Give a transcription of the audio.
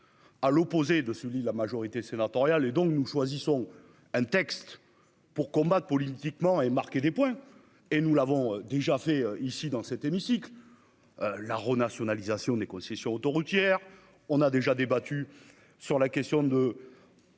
à l'opposé de celui de la majorité sénatoriale et donc nous choisissons un texte pour combattre politiquement et marquer des points et nous l'avons déjà fait ici dans cet hémicycle. La renationalisation des concessions autoroutières. On a déjà débattu sur la question de.--